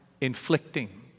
inflicting